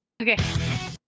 okay